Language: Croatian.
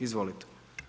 Izvolite.